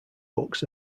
books